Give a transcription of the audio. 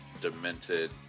demented